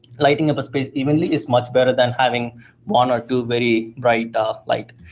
lighting up a space even really is much better than having one or two very bright lights.